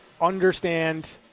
understand